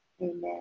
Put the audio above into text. Amen